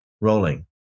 Rolling